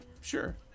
sure